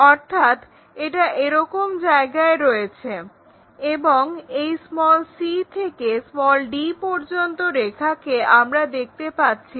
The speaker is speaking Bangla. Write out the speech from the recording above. অর্থাৎ এটা এরকম জায়গায় রয়েছে এবং এই c থেকে d পর্যন্ত রেখাকে আমরা দেখতে পাচ্ছি না